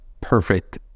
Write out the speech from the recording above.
perfect